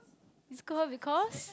because because